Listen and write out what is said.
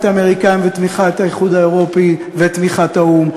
האמריקנים ותמיכת האיחוד האירופי ותמיכת האו"ם,